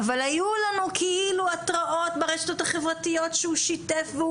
אבל היו לנו כאילו התרעות ברשתות החברתיות שהוא שיתף,